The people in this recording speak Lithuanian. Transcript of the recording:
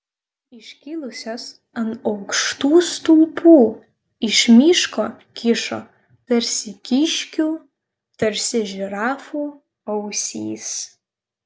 iškilusios ant aukštų stulpų iš miško kyšo tarsi kiškių tarsi žirafų ausys